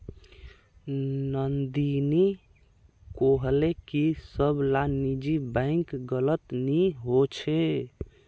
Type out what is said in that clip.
नंदिनी कोहले की सब ला निजी बैंक गलत नि होछे